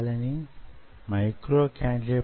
అందువలన అనేక విధానాలున్నాయి